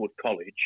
College